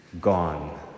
Gone